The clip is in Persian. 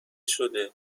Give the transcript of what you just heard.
شده